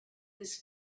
this